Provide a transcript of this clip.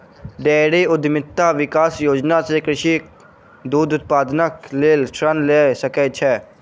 dairy उद्यमिता विकास योजना सॅ कृषक दूध उत्पादनक लेल ऋण लय सकै छै